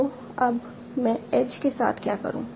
तो अब मैं एज के साथ क्या करूँ